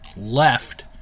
left